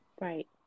Right